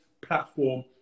platform